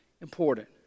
important